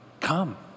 Come